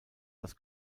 das